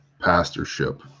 pastorship